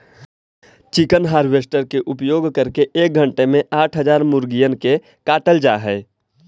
chicken harvester के उपयोग करके एक घण्टे में आठ हजार मुर्गिअन के काटल जा हई